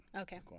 Okay